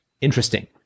interesting